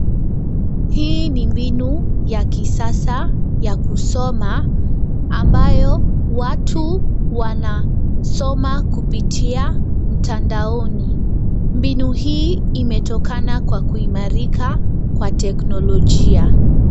Hii ni mbinu ya kisasa ya kusoma ambayo watu wanasoma kupitia mtandaoni. Mbinu hii imetokana kwa kuimarika kwa teknolojia.